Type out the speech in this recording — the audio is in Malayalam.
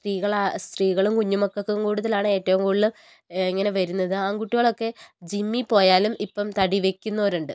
സ്ത്രീകൾ സ്ത്രീകളും കുഞ്ഞുമക്കൾക്കും കൂടുതലാണ് ഏറ്റവും കൂടുതൽ ഇങ്ങനെ വരുന്നത് ആൺകുട്ടികളൊക്കെ ജിമ്മി പോയാലും ഇപ്പം തടി വെക്കുന്നവരുണ്ട്